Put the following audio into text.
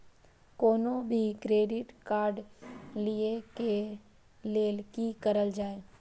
कोनो भी credit card लिए के लेल की करल जाय?